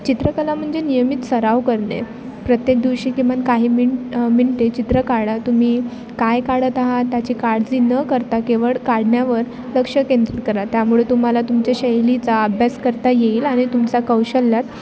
चित्रकला म्हणजे नियमित सराव करणे प्रत्येक दिवशी किमान काही मिनट मिनटे चित्र काढा तुम्ही काय काढत आहात त्याची काळजी न करता केवळ काढण्यावर लक्ष केंद्रित करा त्यामुळे तुम्हाला तुमचे शैलीचा अभ्यास करता येईल आणि तुमचा कौशल्यात